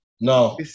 no